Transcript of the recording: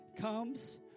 comes